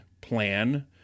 plan